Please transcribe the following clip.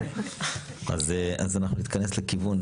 אז אנחנו נתכנס לכיוון.